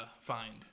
find